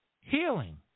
healing